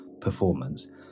performance